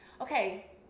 okay